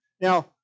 Now